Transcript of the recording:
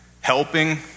Helping